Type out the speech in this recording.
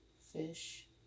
fish